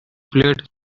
played